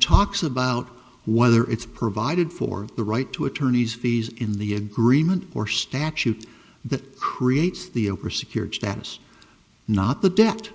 talks about whether it's provided for the right to attorney's fees in the agreement or statute that creates the over secured status not the debt